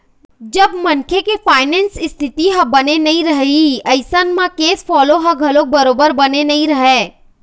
जब मनखे के फायनेंस इस्थिति ह बने नइ रइही अइसन म केस फोलो ह घलोक बरोबर बने नइ रहय